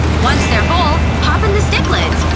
once they're full, pop in the stick lids.